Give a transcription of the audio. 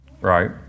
Right